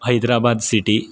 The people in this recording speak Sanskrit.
हैद्राबाद् सिटि